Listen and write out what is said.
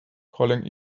calling